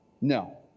No